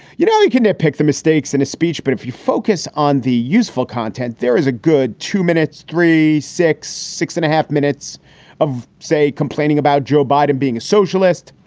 you know, you can nit pick the mistakes in his speech, but if you focus on the useful content, there is a good two minutes, three, six, six and a half minutes of say complaining about joe biden being a socialist,